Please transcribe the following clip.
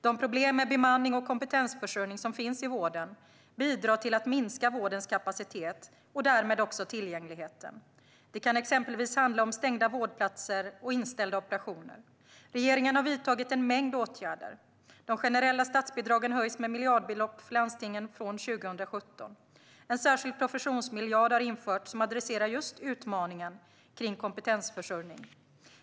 De problem med bemanning och kompetensförsörjning som finns i vården bidrar till att minska vårdens kapacitet och därmed också tillgängligheten. Det kan exempelvis handla om stängda vårdplatser och inställda operationer. Regeringen har vidtagit en mängd åtgärder. De generella statsbidragen höjs med miljardbelopp för landstingen från 2017. En särskild professionsmiljard har införts som adresserar just utmaningarna kring kompetensförsörjning.